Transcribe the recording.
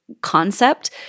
concept